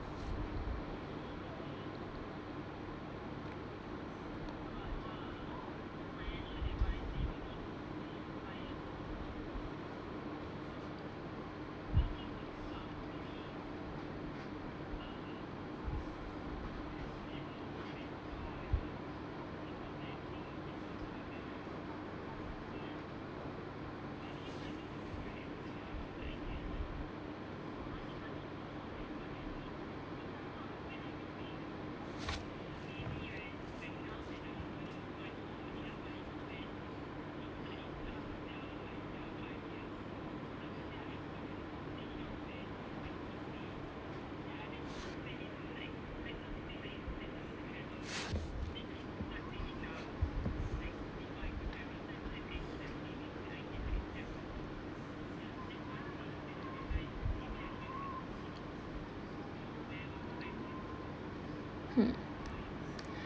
hmm